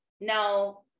no